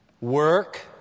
work